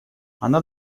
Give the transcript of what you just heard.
она